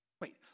Wait